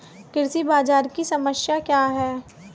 कृषि बाजार की समस्या क्या है?